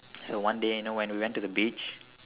so one day you know when we went to the beach